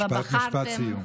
משפט לסיכום.